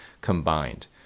combined